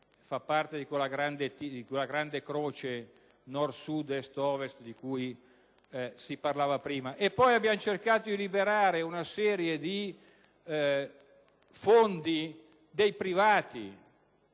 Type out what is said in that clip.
fa parte di quella grande croce Nord-Sud-Est-Ovest di cui si parlava prima. Abbiamo poi cercato di liberare una serie di fondi dei privati,